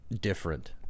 different